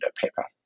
paper